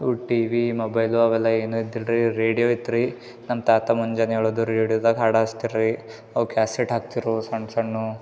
ಇವು TV mobile ಅವೆಲ್ಲ ಏನು ಇರ್ತಿಲ್ಲ ರೀ ರೇಡಿಯೋ ಇತ್ತು ರೀ ನಮ್ಮ ತಾತ ಮುಂಜಾನೆ ಏಳುದು ರೇಡಿಯೋದಾಗೆ ಹಾಡು ಹಚ್ತಾರೆ ರೀ ಅವ್ರು ಕ್ಯಾಸೆಟ್ ಹಾಕ್ತಿರು ಸಣ್ಣ ಸಣ್ಣು